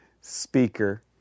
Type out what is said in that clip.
speaker